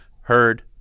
heard